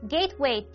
Gateway